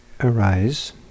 arise